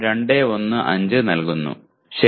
215 നൽകുന്നു ശരി